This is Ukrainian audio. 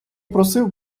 просив